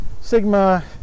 Sigma